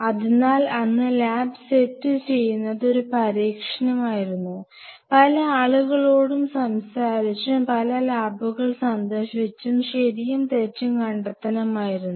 അതിനാൽ അന്ന് lab set ചെയ്യുന്നത് ഒരു പരീക്ഷണമായിരുന്നു പല ആളുകളോടും സംസാരിച്ചും പല ലാബുകൾ സന്ദർശിച്ചും ശെരിയും തെറ്റും കണ്ടെത്തണമായിരുന്നു